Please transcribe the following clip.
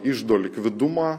iždo likvidumą